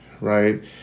right